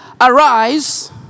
arise